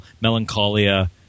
Melancholia